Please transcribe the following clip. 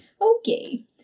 Okay